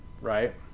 right